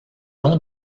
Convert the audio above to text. ont